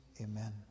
Amen